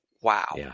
Wow